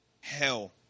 hell